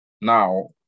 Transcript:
now